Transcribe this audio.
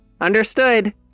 Understood